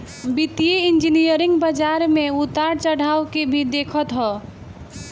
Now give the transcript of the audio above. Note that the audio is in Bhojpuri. वित्तीय इंजनियरिंग बाजार में उतार चढ़ाव के भी देखत हअ